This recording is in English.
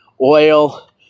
oil